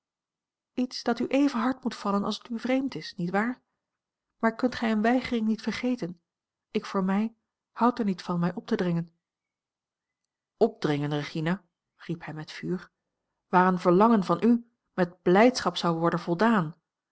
iets dat u even hard moet vallen als het u vreemd is niet waar maar kunt gij een weigering niet vergeten ik voor mij houd er niet van mij op te dringen opdringen regina riep hij met vuur waar een verlangen van u met blijdschap zou worden voldaan